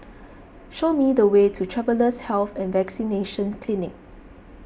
show me the way to Travellers' Health and Vaccination Clinic